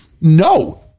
no